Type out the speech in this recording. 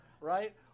right